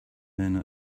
owner